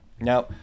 Now